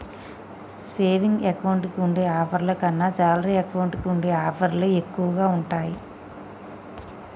saving account కి ఉండే ఆఫర్ల కన్నా శాలరీ అకౌంట్ కి ఉండే ఆఫర్లే ఎక్కువగా ఉంటాయి